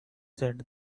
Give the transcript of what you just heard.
said